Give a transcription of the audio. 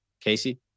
Casey